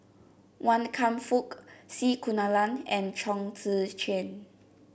Wan Kam Fook C Kunalan and Chong Tze Chien